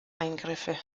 eingriffe